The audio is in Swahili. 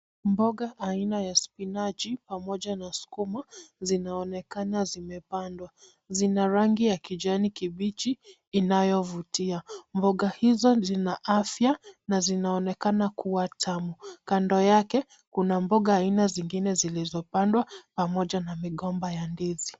Mboga aina ya spinachi pamoja na sukuma zinaonekana zimepandwa, zina rangi ya kijani kibichi inayovutia, mboga hizo zina afya na zinaonekana kuwa tamu, kando yake kuna mboga aina zingine zilizo pandwa pamoja na migomba ya ndizi.